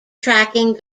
tracking